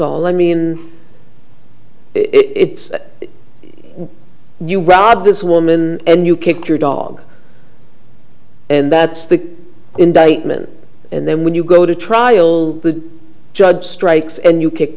all i mean it's you rob this woman and you kick your dog and that's the indictment and then when you go to trial the judge strikes and you kick